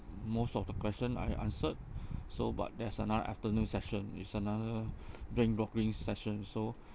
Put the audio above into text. most of the question I answered so but there's another afternoon session is another brain blocking session so